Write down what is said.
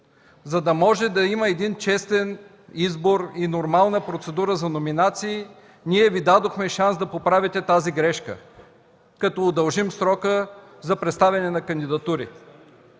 за да може да има честен избор и нормална процедура за номинации, ние Ви дадохме шанс да поправите тази грешка, като удължим срока за представяне на кандидатури.